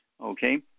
Okay